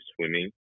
swimming